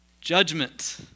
judgment